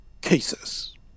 cases